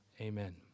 Amen